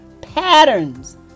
patterns